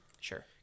Sure